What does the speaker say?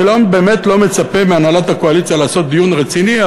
אני באמת לא מצפה מהנהלת הקואליציה לעשות דיון רציני.